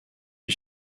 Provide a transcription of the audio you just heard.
lui